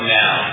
now